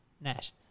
Nash